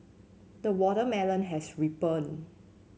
the watermelon has ripened